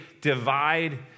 divide